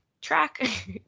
track